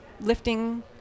lifting